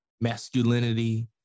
masculinity